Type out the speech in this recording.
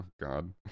God